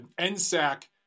NSAC